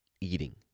eating